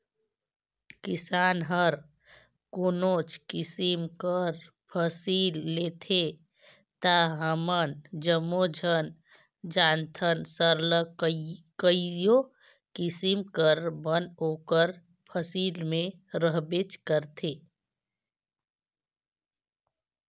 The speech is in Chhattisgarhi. किसान हर कोनोच किसिम कर फसिल लेथे ता हमन जम्मो झन जानथन सरलग कइयो किसिम कर बन ओकर फसिल में रहबेच करथे